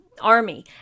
army